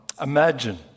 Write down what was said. Imagine